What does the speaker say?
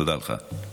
תודה לך.